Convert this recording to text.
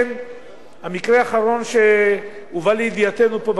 המקרה האחרון שהובא לידיעתנו פה,